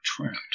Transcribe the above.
trapped